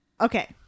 Okay